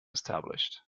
established